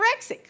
anorexic